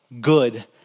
good